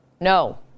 No